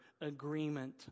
agreement